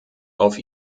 auf